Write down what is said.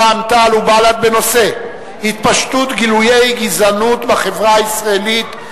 רע"ם-תע"ל ובל"ד בנושא: התפשטות גילויי גזענות בחברה הישראלית,